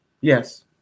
Yes